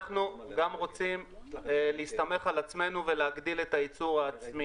אנחנו גם רוצים להסתמך על עצמנו ולהגדיל את הייצור העצמי.